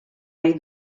nahi